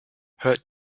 her